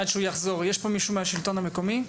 עד שהוא יחזור, יש פה מישהו מהשלטון המקומי?